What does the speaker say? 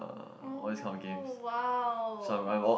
orh !wow!